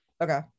okay